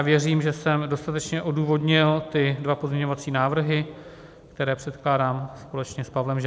Věřím, že jsem dostatečně odůvodnil ty dva pozměňovací návrhy, které předkládám společně s Pavlem Žáčkem.